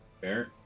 fair